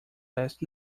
last